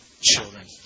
children